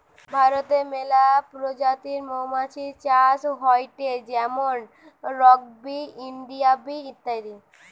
ভারতে মেলা প্রজাতির মৌমাছি চাষ হয়টে যেমন রক বি, ইন্ডিয়ান বি ইত্যাদি